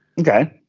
Okay